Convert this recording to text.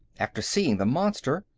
after seeing the monster,